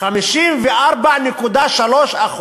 54.3%